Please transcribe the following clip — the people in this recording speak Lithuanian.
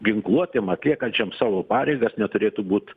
ginkluotiem atliekančiam savo pareigas neturėtų būt